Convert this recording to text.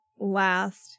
last